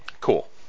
Cool